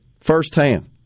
firsthand